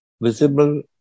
visible